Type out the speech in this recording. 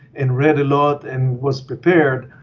and read a lot and was prepared,